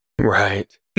Right